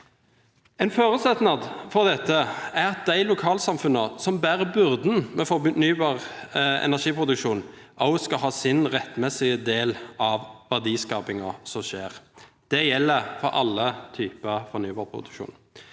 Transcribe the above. En forutsetning for dette er at de lokalsamfunnene som bærer byrden med fornybar energi-produksjonen, også skal ha sin rettmessige del av verdiskapingen som skjer. Det gjelder for alle typer fornybarproduksjon.